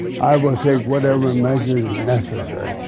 i will take whatever measure necessary.